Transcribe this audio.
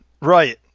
right